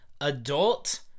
adult